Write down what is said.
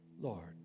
Lord